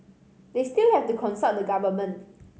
they still have to consult the government